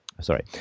sorry